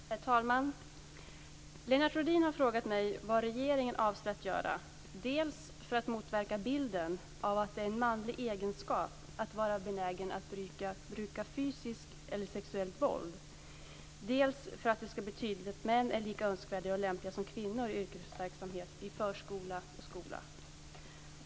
Herr talman! Lennart Rohdin har frågat mig vad regeringen avser att göra dels för att motverka bilden av att det är en manlig egenskap att vara benägen att bruka fysiskt eller sexuellt våld, dels för att det skall bli tydligt att män är lika önskvärda och lämpliga som kvinnor i yrkesverksamhet i förskola och skola.